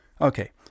Okay